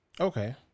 Okay